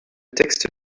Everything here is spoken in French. texte